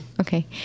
okay